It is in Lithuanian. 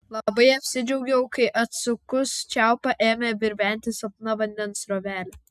labai apsidžiaugiau kai atsukus čiaupą ėmė virventi silpna vandens srovelė